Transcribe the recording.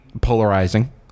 polarizing